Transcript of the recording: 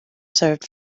served